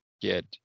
get